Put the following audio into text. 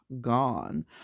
gone